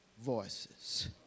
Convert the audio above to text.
voices